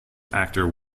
actor